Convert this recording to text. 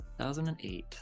2008